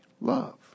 love